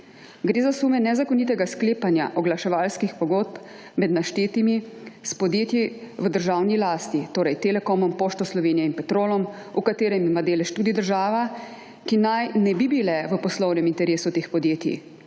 Gre za sume nezakonitega sklepanja oglaševalskih pogodb med naštetimi s podjetji v državni lasti, torej Telekomom, Pošto Slovenije in Petrolom, v katerem ima delež tudi država, ki naj ne bi bile v poslovnem interesu teh podjetij.